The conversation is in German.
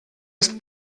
ist